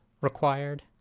required